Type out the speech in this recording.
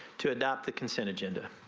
to adopt the consent agenda.